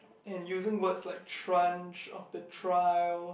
and using words like trunch of the trial